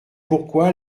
pourquoi